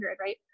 right